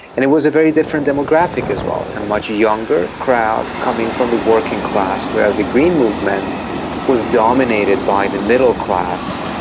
and it was a very different demographic as well, a much younger crowd coming from the working class, whereas the green movement was dominated by the middle-class,